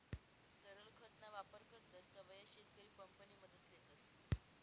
तरल खत ना वापर करतस तव्हय शेतकरी पंप नि मदत लेतस